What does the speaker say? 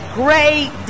great